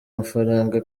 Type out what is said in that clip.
mafaranga